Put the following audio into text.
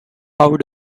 how